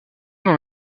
dans